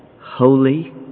holy